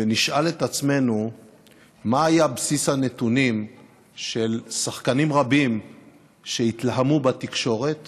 ונשאל את עצמנו מה היה בסיס הנתונים של שחקנים רבים שהתלהמו בתקשורת